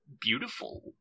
beautiful